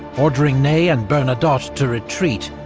ordering ney and bernadotte to retreat,